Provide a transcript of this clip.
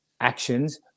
actions